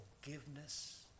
forgiveness